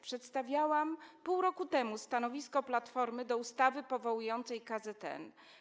Przedstawiałam pół roku temu stanowisko Platformy wobec ustawy powołującej KZN.